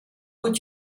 put